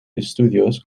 estudios